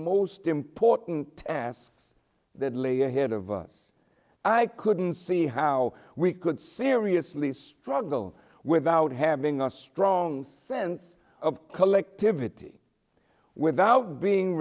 most important tasks that lay ahead of us i couldn't see how we could seriously struggle without having a strong sense of collectivity without being